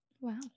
Wow